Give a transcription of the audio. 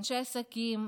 אנשי עסקים,